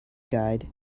guide